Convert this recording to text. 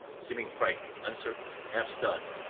seeming frightened, uncertain, half stunned.